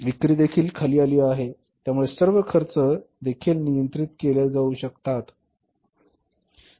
विक्री देखील खाली आली आहे त्यामुळे खर्च देखील नियंत्रित केला गेला आहे